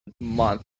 month